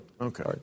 Okay